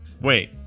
Wait